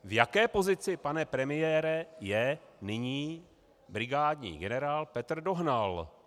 V jaké pozici, pane premiére, je nyní brigádní generál Petr Dohnal?